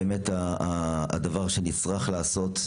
באמת הדבר צריך לעשות.